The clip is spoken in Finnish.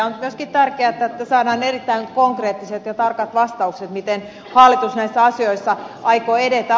on myöskin tärkeätä että saadaan erittäin konkreettiset ja tarkat vastaukset siihen miten hallitus näissä asioissa aikoo edetä